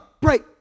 Break